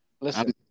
listen